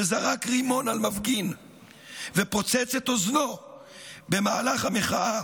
שזרק רימון על מפגין ופוצץ את אוזנו במהלך המחאה